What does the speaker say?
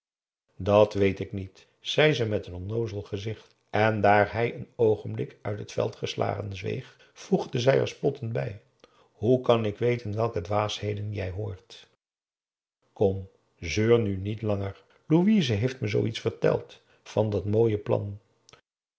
dat weet ik niet zei ze met een onnoozel gezicht en daar hij een oogenblik uit het veld geslagen zweeg voegde zij er spottend bij hoe kan ik weten welke dwaasheden jij hoort kom seur nu niet langer louise heeft me zoo iets verteld van dat mooie plan